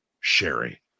Sherry